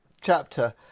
chapter